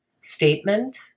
statement